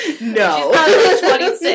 No